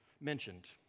mentioned